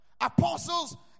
apostles